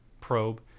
probe